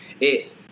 it-